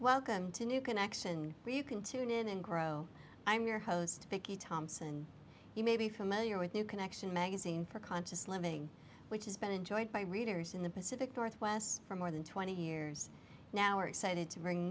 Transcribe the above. welcome to new connection where you can tune in and grow i'm your host vicky thompson you may be familiar with new connection magazine for conscious living which has been enjoyed by readers in the pacific northwest for more than twenty years now excited to bring